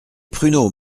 pruneaux